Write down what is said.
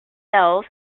cell